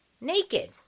naked